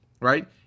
Right